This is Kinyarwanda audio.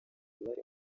uruhare